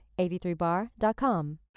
83bar.com